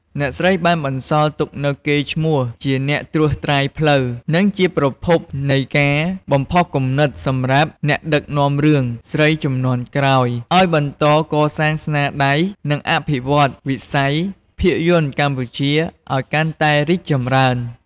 អ្នកស្រីបានបន្សល់ទុកនូវកេរ្តិ៍ឈ្មោះជាអ្នកត្រួសត្រាយផ្លូវ និងជាប្រភពនៃការបំផុសគំនិតសម្រាប់អ្នកដឹកនាំរឿងស្រីជំនាន់ក្រោយឱ្យបន្តកសាងស្នាដៃ និងអភិវឌ្ឍវិស័យភាពយន្តកម្ពុជាឱ្យកាន់តែរីកចម្រើន។